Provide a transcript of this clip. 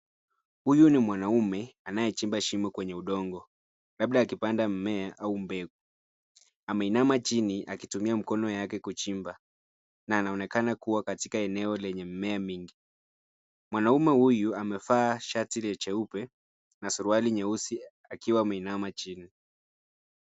Huyu ni mwanaume anayechimba shimo kwenye udongo, labda akipanda mmea au mbegu. Ameinama chini akitumia mikono yake kuchimba, na anaonekana kua katika eneo lenye mimea mingi. Mwanaume huyu amevaa shati la cheupe na suruali nyeusi, akiwa ameinama chini.